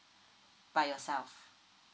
by yourself